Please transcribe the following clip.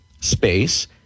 space